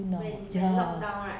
from when february leh